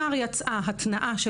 יצאה כבר התנעה של